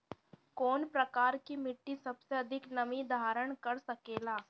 कौन प्रकार की मिट्टी सबसे अधिक नमी धारण कर सकेला?